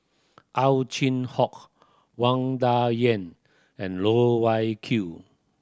Ow Chin Hock Wang Dayuan and Loh Wai Kiew